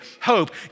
hope